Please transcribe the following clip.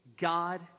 God